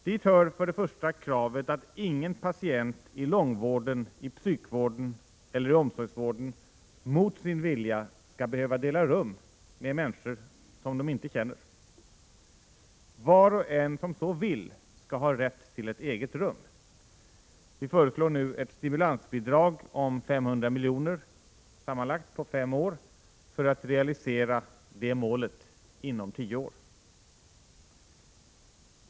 Dit hör först och främst kravet att ingen patient i långvården, psykvården eller omsorgsvården mot sin vilja skall behöva dela rum med människor som han eller hon inte känner. Var och en som så vill skall ha rätt till ett eget rum. Vi föreslår nu ett stimulansbidrag om sammanlagt 500 milj.kr. på fem år för att realisera det målet inom tio år.